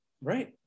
right